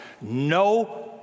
No